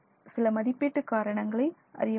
சில மதிப்பீட்டு காரணங்களை அறிய முடியும்